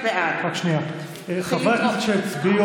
בעד חברי הכנסת שהצביעו,